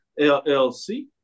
LLC